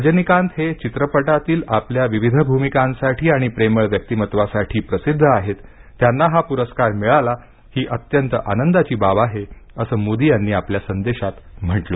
रजनीकांत त्यांच्या चित्रपटातील विविध भूमिकांसाठी आणि प्रेमळ व्यक्तिमत्त्वासाठी प्रसिद्ध आहेत त्यांना हा पुरस्कार मिळाला ही अत्यंत आनंदाची बाब आहे असे मोदी या संदेशात म्हणाले